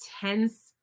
tense